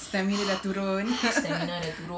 stamina dah turun